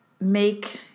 make